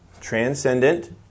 transcendent